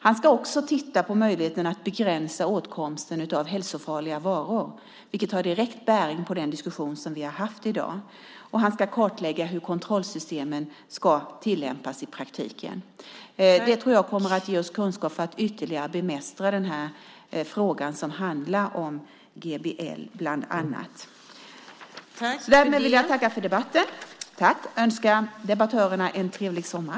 Han ska också titta på möjligheten att begränsa åtkomsten av hälsofarliga varor, vilket har direkt bäring på den diskussion som vi har haft i dag, och han ska kartlägga hur kontrollsystemen ska tillämpas i praktiken. Det tror jag kommer att ge oss kunskap för att ytterligare bemästra den här frågan, som handlar om bland annat GBL. Därmed vill jag tacka för debatten och önska debattörerna en trevlig sommar.